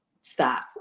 stop